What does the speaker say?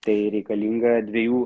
tai reikalinga dviejų